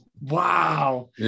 Wow